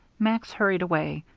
max hurried away.